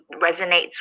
resonates